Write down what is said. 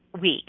week